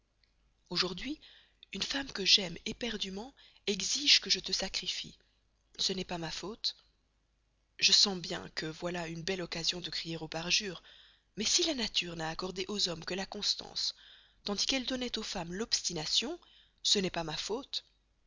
aujourd'hui une femme que j'aime éperdument exige que je te sacrifie ce n'est pas ma faute je sens bien que te voilà une belle occasion de crier au parjure mais si la nature n'a accordé aux hommes que la constance tandis qu'elle donnait aux femmes l'obstination ce n'est pas ma faute